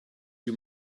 you